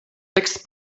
text